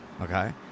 okay